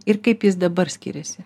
ir kaip jis dabar skiriasi